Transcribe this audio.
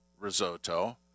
risotto